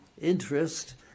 interest